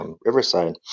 Riverside